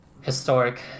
historic